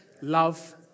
love